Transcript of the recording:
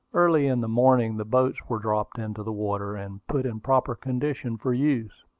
early in the morning the boats were dropped into the water, and put in proper condition for use.